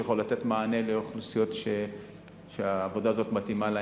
שיכול לתת מענה לאוכלוסיות שהעבודה הזו מתאימה להם.